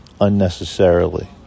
unnecessarily